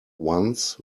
once